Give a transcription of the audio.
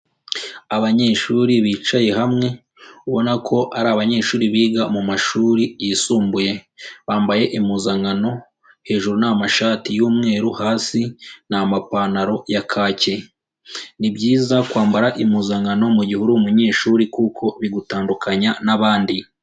Abanyeshuri bicaye hamwe, ubona ko ari abanyeshuri biga mu mashuri yisumbuye, bambaye impuzankano, hejuru ni amashati y'umweru, hasi ni amapantaro ya kake, ni byiza kwambara impuzankano mu gihe uri umunyeshuri kuko bigutandukanya n'abandi.